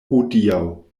hodiaŭ